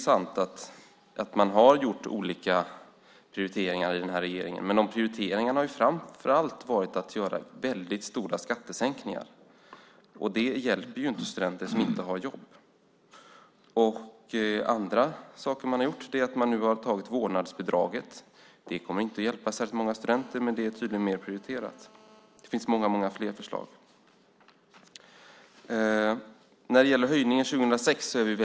Man har ju gjort olika prioriteringar i regeringen. De prioriteringarna har framför allt varit att göra väldigt stora skattesänkningar. Det hjälper ju inte studenter som inte har jobb. Andra saker som man har gjort är att man har tagit vårdnadsbidraget. Det kommer inte att hjälpa särskilt många studenter, men det är tydligen mer prioriterat. Det finns mycket mer. Vi är väldigt glada för höjningen 2006.